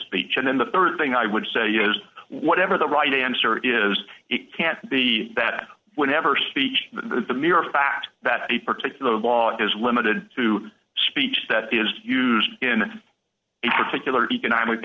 speech and then the rd thing i would say is whatever the right answer is it can't be that whenever speech the mere fact that a particular law is limited to speech that is used in a particular economic